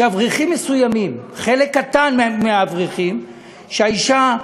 שאברכים מסוימים, חלק קטן מהאברכים, שהאישה,